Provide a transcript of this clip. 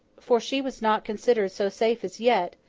for, she was not considered so safe as yet,